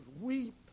Weep